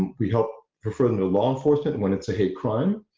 we help refer them to law enforcement when it's a hate crime,